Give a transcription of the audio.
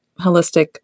holistic